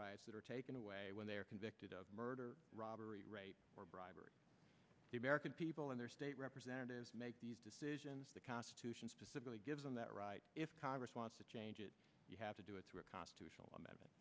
rights that are taken away when they are convicted of murder robbery or bribery the american people in their state representatives make decisions the constitution specifically gives on that right if congress wants to change it you have to do it through a constitutional amendment